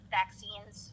vaccines